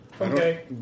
Okay